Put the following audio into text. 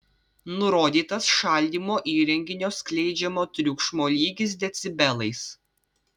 nurodytas šaldymo įrenginio skleidžiamo triukšmo lygis decibelais